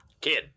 Kid